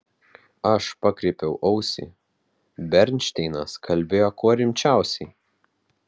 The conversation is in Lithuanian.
aš pakreipiau ausį bernšteinas kalbėjo kuo rimčiausiai